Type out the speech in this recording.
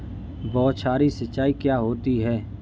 बौछारी सिंचाई क्या होती है?